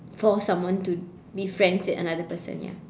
force someone to be friends with another person ya